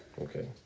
Okay